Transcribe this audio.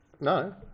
No